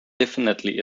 definitely